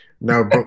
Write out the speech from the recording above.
no